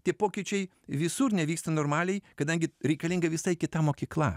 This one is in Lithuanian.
tie pokyčiai visur nevyksta normaliai kadangi reikalinga visai kita mokykla